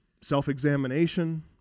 self-examination